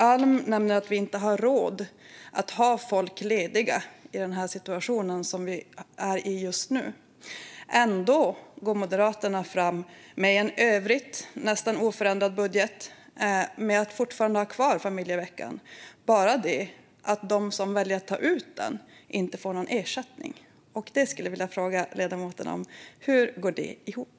Alm nämner att vi inte har råd att ha folk lediga i den situation som vi är i just nu. Ändå går Moderaterna fram, i en i övrigt nästan oförändrad budget, med att fortfarande ha kvar familjeveckan - det är bara det att de som väljer att ta ut den inte får någon ersättning. Jag skulle vilja fråga ledamoten om det. Hur går det ihop?